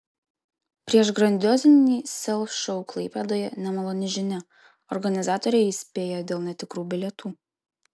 prieš grandiozinį sel šou klaipėdoje nemaloni žinia organizatoriai įspėja dėl netikrų bilietų